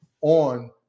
on